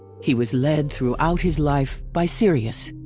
he was led throughout his life by sirius.